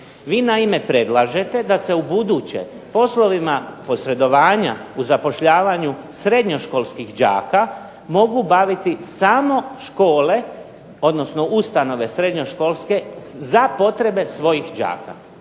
Vi naime predlažete da se ubuduće poslovima posredovanja u zapošljavanju srednjoškolskih đaka mogu baviti samo škole, odnosno ustanove srednjoškolske za potrebe svojih đaka.